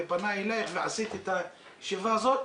בשפה שאני מכיר הוא מה שנקרא: הוא השופט,